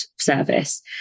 service